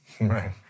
Right